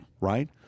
right